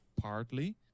partly